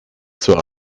zur